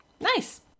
Nice